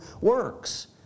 works